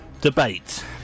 Debate